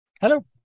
Hello